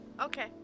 Okay